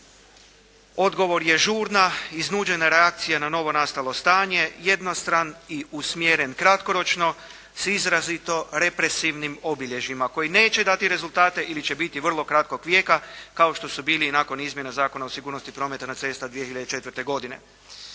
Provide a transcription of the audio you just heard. odgovor je žurna, iznuđena reakcija na novonastalo stanje, jednostran i usmjeren kratkoročno sa izrazito represivnim obilježjima koji neće dati rezultate ili će biti vrlo kratkog vijeka kao što su bili i nakon Izmjena zakona o sigurnosti prometa na cestama 2004. godine.